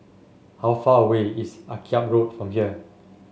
how far away is Akyab Road from here